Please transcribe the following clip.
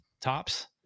Tops